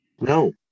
No